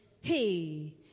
hey